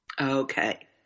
Okay